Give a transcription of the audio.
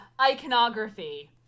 iconography